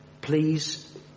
please